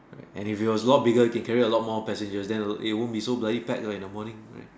and if it was a lot more bigger it can carry a lot more passenger than won't be so bloody packed in the morning right